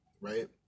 right